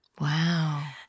Wow